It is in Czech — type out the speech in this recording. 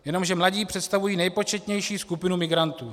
Jenomže mladí představují nejpočetnější skupinu migrantů.